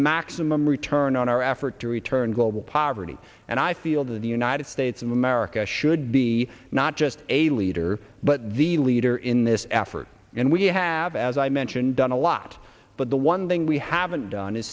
maximum return on our effort to return global poverty and i feel that the united states of america should be not just a leader but the leader in this effort and we have as i mentioned done a lot but the one thing we haven't done i